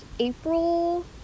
April